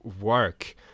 work